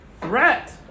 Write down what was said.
threat